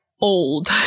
old